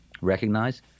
recognize